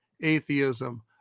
atheism